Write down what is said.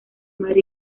mar